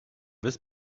this